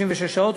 36 שעות.